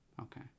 Okay